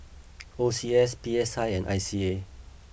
O C S P S I and I C A